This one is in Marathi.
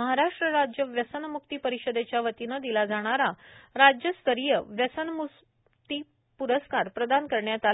महाराष्ट्र राज्य व्यसनमुक्ती परिषदेच्यावतीने दिला जाणारा राज्यस्तरीय व्यसनम्क्ती प्रस्कार प्रदान करण्यात आला